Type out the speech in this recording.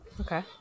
Okay